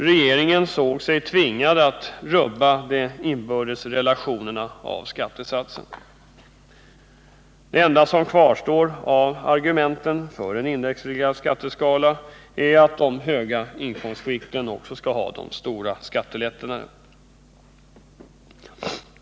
Regeringen ansåg sig tvungen att rubba skattesatsernas inbördes relationer. Det enda som kvarstår av argumenten för en indexreglerad skatteskala är att de höga inkomstskikten skall ha de största skattelättnaderna.